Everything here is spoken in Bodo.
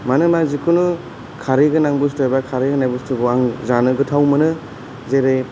मानोना जिखुनु खरै गोनां बुस्तु एबा खरै गोनां बुस्तुखौ आं जानो गोथाव मोनो जेरै